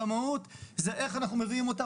המהות זה איך אנחנו מביאים אותם.